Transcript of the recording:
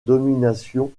domination